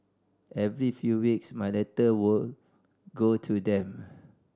every few weeks my letter would go to them